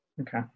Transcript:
Okay